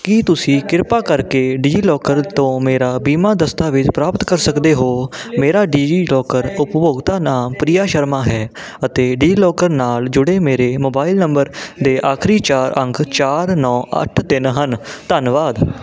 ਕੀ ਤੁਸੀਂ ਕ੍ਰਿਪਾ ਕਰਕੇ ਡਿਜੀਲਾਕਰ ਤੋਂ ਮੇਰਾ ਬੀਮਾ ਦਸਤਾਵੇਜ਼ ਪ੍ਰਾਪਤ ਕਰ ਸਕਦੇ ਹੋ ਮੇਰਾ ਡਿਜੀਲਾਕਰ ਉਪਭੋਗਤਾ ਨਾਮ ਪ੍ਰੀਆ ਸ਼ਰਮਾ ਹੈ ਅਤੇ ਡਿਜੀਲਾਕਰ ਨਾਲ ਜੁੜੇ ਮੇਰੇ ਮੋਬਾਈਲ ਨੰਬਰ ਦੇ ਆਖਰੀ ਚਾਰ ਅੰਕ ਚਾਰ ਨੌਂ ਅੱਠ ਤਿੰਨ ਹਨ ਧੰਨਵਾਦ